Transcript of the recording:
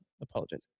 apologizing